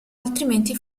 altrimenti